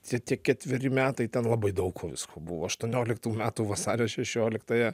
tie tie ketveri metai ten labai daug ko visko buvo aštuonioliktų metų vasario šešioliktąją